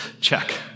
check